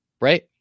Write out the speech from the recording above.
right